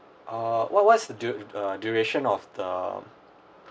uh what what's due err duration of the